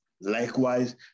Likewise